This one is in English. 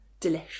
Delish